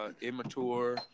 Immature